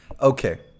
Okay